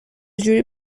جوری